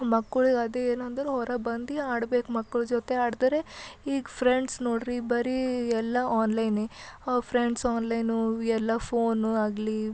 ಮಕ್ಳಿಗೆ ಅದೆ ಏನಂದ್ರೆ ಹೊರಗೆ ಬಂದು ಆಡ್ಬೇಕು ಮಕ್ಕಳು ಜೊತೆ ಆಡಿದ್ರೆ ಈಗ ಫ್ರೆಂಡ್ಸ್ ನೋಡ್ರಿ ಬರೀ ಎಲ್ಲ ಆನ್ಲೈನೆ ಫ್ರೆಂಡ್ಸ್ ಆನ್ಲೈನು ಎಲ್ಲ ಫೋನು ಆಗಲಿ